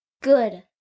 Good